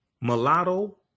mulatto